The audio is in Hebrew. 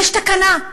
יש תקנה.